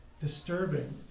disturbing